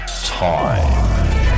time